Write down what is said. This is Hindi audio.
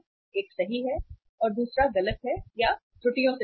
एक सही है और दूसरा गलत है या त्रुटियों से भरा है